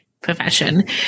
profession